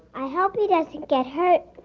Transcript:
i hope he doesn't get hurt,